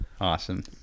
Awesome